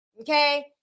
Okay